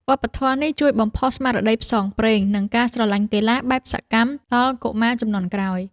វប្បធម៌នេះជួយបំផុសស្មារតីផ្សងព្រេង និងការស្រឡាញ់កីឡាបែបសកម្មដល់កុមារជំនាន់ក្រោយ។